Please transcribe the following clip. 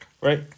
right